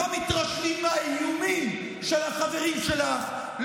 לא מתרשמים מהאיומים של החברים שלך,